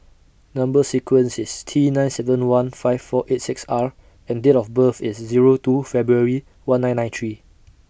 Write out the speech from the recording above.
Number sequence IS T nine seven one five four eight six R and Date of birth IS Zero two February one nine nine three